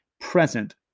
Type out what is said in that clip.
present